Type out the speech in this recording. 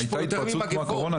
אם הייתה התפרצות כמו הקורונה,